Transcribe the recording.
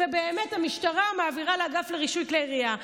ובאמת המשטרה מעבירה לאגף לרישוי כלי ירייה.